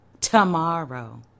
tomorrow